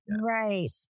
Right